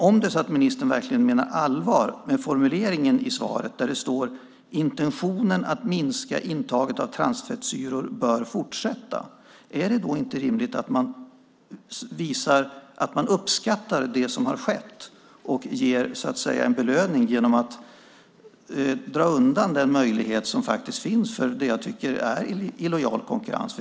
Om ministern verkligen menar allvar med formuleringen i svaret där det står att intentionen att minska intaget av transfettsyror bör fortsätta, är det då inte rimligt att man visar att man uppskattar det som har skett och ger en belöning genom att dra undan den möjlighet som finns för det jag tycker är illojal konkurrens?